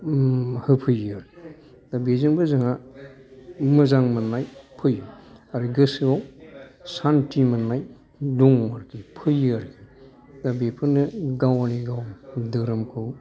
होफैयो आरो दा बिजोंबो जोंहा मोजां मोननाय फैयो आरो गोसोयाव सान्थि मोननाय दङ फैयो आरखि दा बेफोरनो गावनि गाव धोरोमखौ